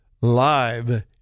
Live